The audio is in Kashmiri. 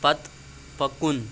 پتہٕ پکُن